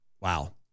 wow